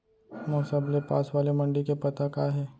मोर सबले पास वाले मण्डी के पता का हे?